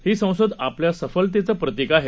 ही संसद आपल्या सफलतेचं प्रतिक आहे